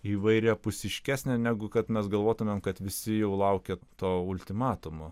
įvairiapusiškesnė negu kad mes galvotumėm kad visi jau laukia to ultimatumo